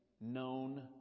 known